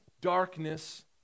darkness